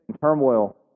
turmoil